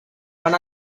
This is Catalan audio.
van